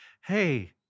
hey